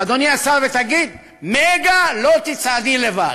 אדוני השר, ותגיד: "מגה", לא תצעדי לבד.